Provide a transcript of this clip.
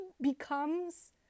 becomes